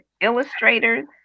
illustrators